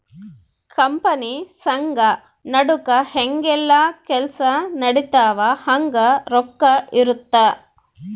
company ಸಂಘ ನಡುಕ ಹೆಂಗ ಯೆಲ್ಲ ಕೆಲ್ಸ ನಡಿತವ ಹಂಗ ರೊಕ್ಕ ಇರುತ್ತ